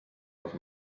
dels